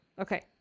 okay